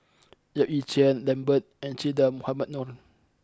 Yap Ee Chian Lambert and Che Dah Mohamed Noor